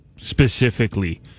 specifically